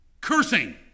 cursing